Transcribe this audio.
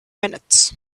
minutes